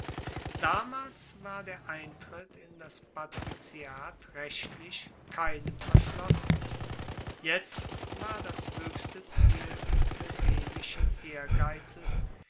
damals war der eintritt in das patriziat rechtlich keinem verschlossen jetzt war das hoechste ziel des plebejischen ehrgeizes